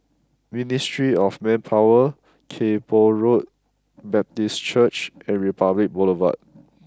Ministry of Manpower Kay Poh Road Baptist Church and Republic Boulevard